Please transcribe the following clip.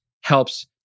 helps